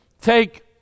take